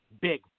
big